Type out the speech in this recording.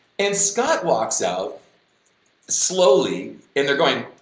and scott walks out slowly and they are going,